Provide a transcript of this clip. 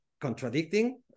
contradicting